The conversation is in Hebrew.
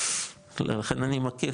לכן אני מכיר,